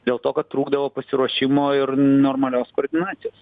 dėl to kad trūkdavo pasiruošimo ir normalios koordinacijos